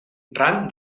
ran